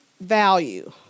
value